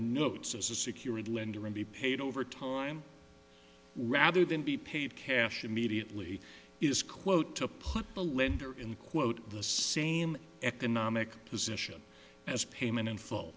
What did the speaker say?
a security lender and be paid over time rather than be paid cash immediately is quote to put the lender in quote the same economic position as payment in